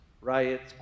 riots